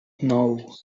nou